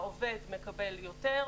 העובד מקבל יותר,